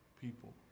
people